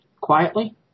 quietly